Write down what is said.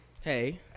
Hey